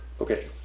Okay